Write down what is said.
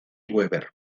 webber